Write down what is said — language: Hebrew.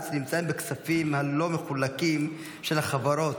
שנמצאים בכספים הלא-מחולקים של החברות,